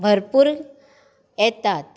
भरपूर येतात